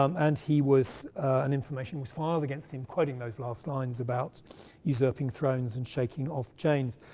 um and he was, and information was filed against him, quoting those last lines about usurping thrones and shaking off chains.